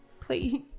Please